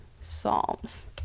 psalms